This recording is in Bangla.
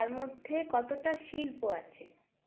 তার মধ্যে কতটা শিল্প আছে